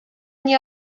nie